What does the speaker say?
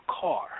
car